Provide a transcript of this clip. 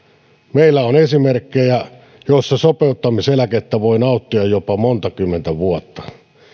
meillä on esimerkkejä joissa sopeutumiseläkettä voi nauttia jopa monta kymmentä vuotta